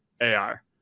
AR